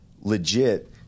legit